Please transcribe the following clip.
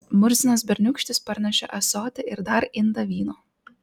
murzinas berniūkštis parnešė ąsotį ir dar indą vyno